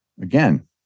again